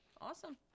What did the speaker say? Awesome